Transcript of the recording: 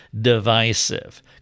divisive